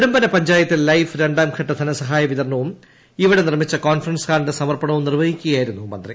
നെടുമ്പന പഞ്ചായത്തിൽ ലൈഫ് രണ്ടാംഘട്ട ധനസഹായ വിതരണവും ഇവിടെ നിർമിച്ച കോൺഫറൻസ് ഹാളിന്റെ സമർപ്പണവും നിർവഹിക്കുകയായിരുന്നു മന്ത്രി